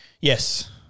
Yes